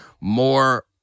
more